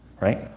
right